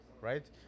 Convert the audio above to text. right